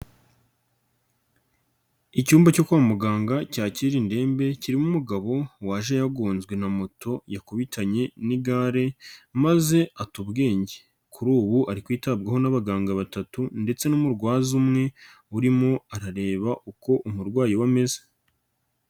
Icyumba cyo kwa muganga cyakira indembe kirimo umugabo waje yagonzwe na moto yakubitanye n'igare maze ata ubwenge, kuri ubu ari kwitabwaho n'abaganga batatu ndetse n'umurwaza umwe urimo arareba uko umurwayi we ameze.